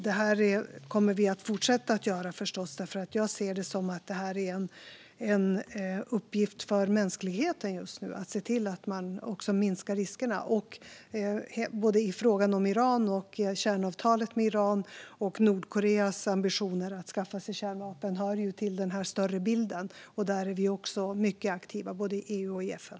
Det kommer vi förstås att fortsätta göra, för jag ser detta som en uppgift för mänskligheten just nu - att se till att man minskar riskerna. Både frågan om Iran och kärnavtalet med det landet och frågan om Nordkoreas ambitioner att skaffa sig kärnvapen hör till denna större bild. Där är vi också mycket aktiva, både i EU och i FN.